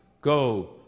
Go